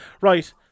Right